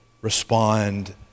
respond